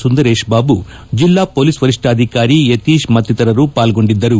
ಸುಂದರೇಶ್ ಬಾಬು ಜೆಲ್ಲಾ ಮೊಲೀಸ್ ವರಿಷ್ಠಾಧಿಕಾರಿ ಯತೀಶ್ ಮತ್ತಿತರರು ಪಾಲ್ಗೊಂಡಿದ್ದರು